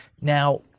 Now